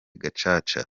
gacaca